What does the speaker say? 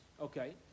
Okay